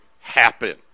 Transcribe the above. happen